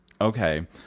okay